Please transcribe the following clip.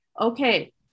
okay